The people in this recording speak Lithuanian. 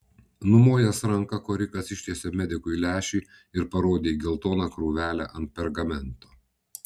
numojęs ranka korikas ištiesė medikui lęšį ir parodė į geltoną krūvelę ant pergamento